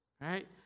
right